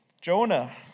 Jonah